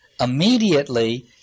Immediately